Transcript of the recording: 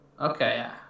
Okay